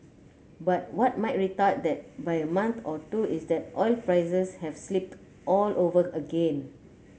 but what might retard that by a month or two is that oil prices have slipped all over again